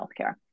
healthcare